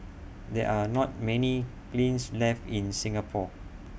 there are not many kilns left in Singapore